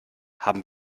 haben